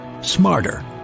smarter